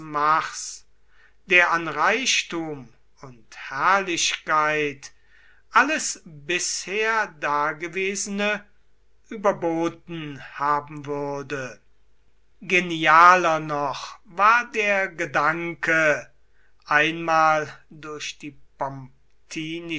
mars der an reichtum und herrlichkeit alles bisher dagewesene überboten haben würde genialer noch war der gedanke einmal durch die